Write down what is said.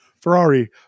Ferrari